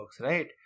right